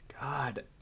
god